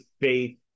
faith